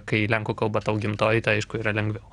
kai lenkų kalba tau gimtoji tai aišku yra lengviau